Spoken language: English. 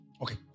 Okay